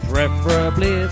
Preferably